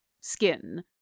skin